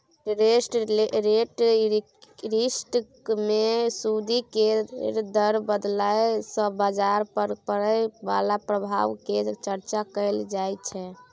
interest rate risk मे सूदि केर दर बदलय सँ बजार पर पड़य बला प्रभाव केर चर्चा कएल जाइ छै